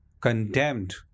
condemned